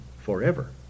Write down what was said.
forever